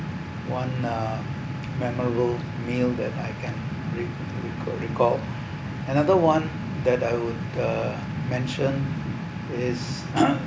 one uh memorable meal that I can re~ re~ recall another one that I would uh mentioned is